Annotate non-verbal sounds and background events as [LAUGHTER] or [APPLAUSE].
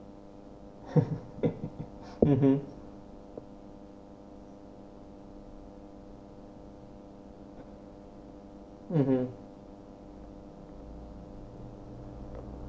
[LAUGHS] mmhmm